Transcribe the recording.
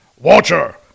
Watcher